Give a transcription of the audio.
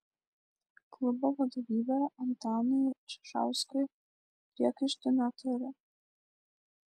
klubo vadovybė antanui čižauskui priekaištų neturi